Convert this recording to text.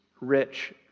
rich